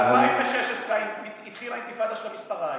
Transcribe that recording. ב-2016 התחילה האינתיפאדה של המספריים.